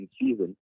season